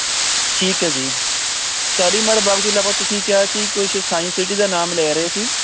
ਠੀਕ ਹੈ ਜੀ ਸ਼ਾਲੀਮਾਰ ਬਾਗ ਤੋਂ ਇਲਾਵਾ ਤੁਸੀਂ ਕਿਹਾ ਸੀ ਕੁਛ ਸਾਇੰਸ ਸਿਟੀ ਦਾ ਨਾਮ ਲੈ ਰਹੇ ਸੀ